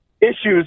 issues